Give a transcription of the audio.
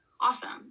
awesome